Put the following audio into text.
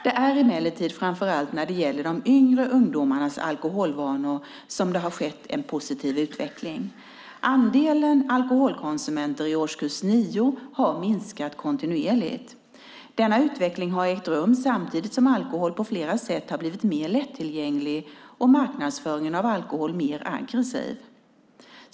Det är emellertid framför allt när det gäller de yngre ungdomarnas alkoholvanor som det har skett en positiv utveckling. Andelen alkoholkonsumenter i årskurs nio har minskat kontinuerligt. Denna utveckling har ägt rum samtidigt som alkohol på flera sätt har blivit mer lättillgänglig och marknadsföringen av alkohol mer aggressiv.